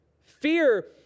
Fear